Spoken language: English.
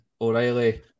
O'Reilly